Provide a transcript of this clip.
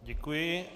Děkuji.